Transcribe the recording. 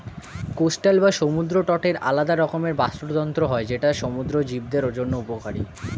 coastal বা সমুদ্র তটের আলাদা রকমের বাস্তুতন্ত্র হয় যেটা সমুদ্র জীবদের জন্য উপকারী